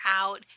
out